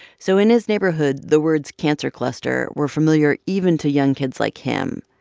so in his neighborhood, the words cancer cluster were familiar even to young kids like him.